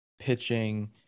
pitching